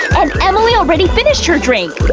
and emily already finished her drink!